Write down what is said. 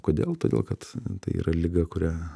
kodėl todėl kad tai yra liga kurią